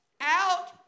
out